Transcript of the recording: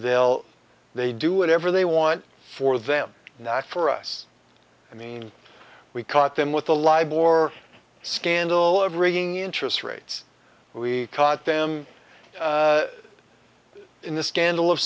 they'll they do whatever they want for them not for us i mean we caught them with a live war scandal of reading interest rates we caught them in the scandal of